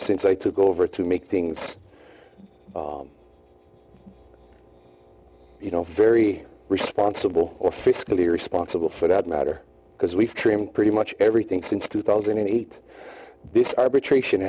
since i took over to make things you know very responsible or fiscally responsible for that matter because we've trimmed pretty much everything since two thousand and eight this arbitration